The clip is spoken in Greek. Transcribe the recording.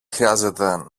χρειάζεται